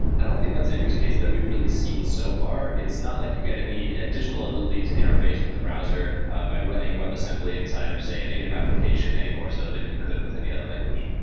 i don't think that's a use case that we've really seen so far. it's not like you get any additional ability to interface with the browser by running webassembly inside of, say, a native application any more so than you could with any other language.